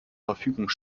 verfügung